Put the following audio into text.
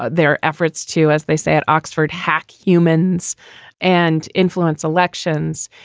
their efforts to, as they say at oxford, have humans and influence elections.